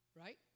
right